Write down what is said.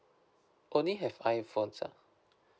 only have iphones ah